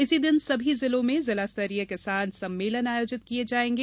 इसी दिन सभी जिलों में जिला स्तरीय किसान सम्मेलन आयोजित किये जाएंगे